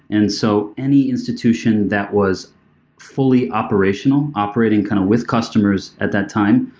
and so any institution that was fully operational, operating kind of with customers at that time,